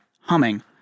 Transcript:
humming